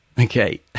Okay